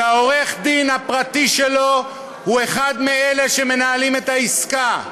שעורך-הדין הפרטי שלו הוא אחד מאלה שמנהלים את העסקה,